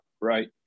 right